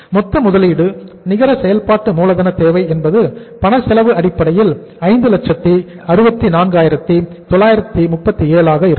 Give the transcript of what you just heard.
மொத்த முதலீடு நிகர செயல்பாட்டு மூலதன தேவை என்பது பணச்செலவு அடிப்படையில் 564937 ஆக இருக்கும்